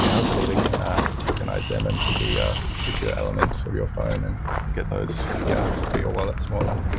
and hopefully we can tokenize them into the ah secure element of your phone and get those yeah, get your wallet smaller.